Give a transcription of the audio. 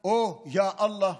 או יא אללה.